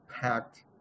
packed